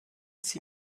sie